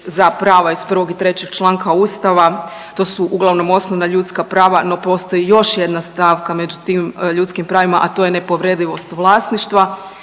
za prava iz 1. i 3. članka ustava, to su uglavnom osnovna ljudska prava, no postoji još jedna stavka među tim ljudskim pravima, a to je nepovredivost vlasništva,